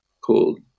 called